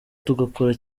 tugakora